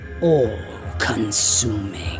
all-consuming